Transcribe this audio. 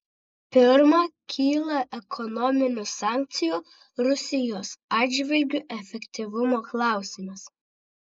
pirma kyla ekonominių sankcijų rusijos atžvilgiu efektyvumo klausimas